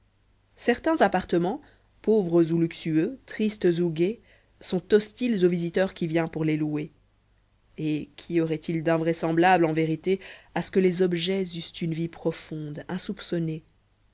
certains appartements pauvres ou luxueux tristes ou gais sont hostiles au visiteur qui vient pour les louer et qu'y aurait-il d'invraisemblable en vérité à ce que les objets eussent une vie profonde insoupçonnée